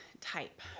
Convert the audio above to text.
type